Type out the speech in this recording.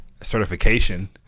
certification